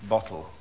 Bottle